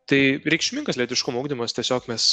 tai reikšmingas letiškumo ugdymas tiesiog mes